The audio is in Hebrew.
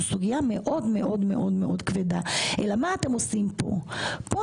סוגייה מאוד מאוד כבדה אלא מה אתם עושים כאן?